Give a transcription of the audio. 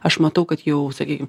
aš matau kad jau sakykim